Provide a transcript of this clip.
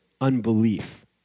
unbelief